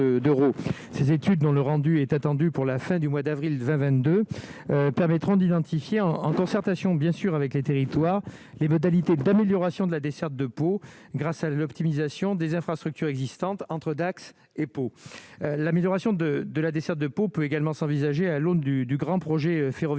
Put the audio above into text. ses études dans le rendu est attendu pour la fin du mois d'avril à 22 permettront d'identifier en concertation bien sûr avec les territoires, les modalités d'amélioration de la desserte de Pau grâce à l'optimisation des infrastructures existantes entre Dax et Pau, l'amélioration de de la desserte de peau peut également s'envisager à l'aune du du Grand projet ferroviaire